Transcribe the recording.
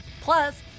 Plus